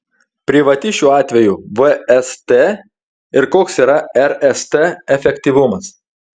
privati šiuo atveju vst ir koks yra rst efektyvumas